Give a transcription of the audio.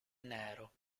nero